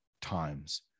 times